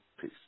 Peace